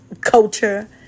culture